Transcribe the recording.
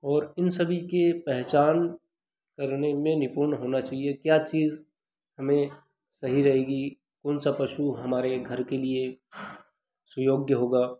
और इन सभी के पहचान करने में निपुण होना चाहिए क्या चीज़ हमें सही रहेगी कौन सा पशु हमारे घर के लिए सुयोग्य होगा